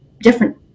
different